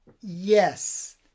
yes